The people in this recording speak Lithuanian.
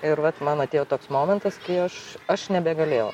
ir vat man atėjo toks momentas kai aš aš nebegalėjau